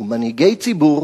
ומנהיגי ציבור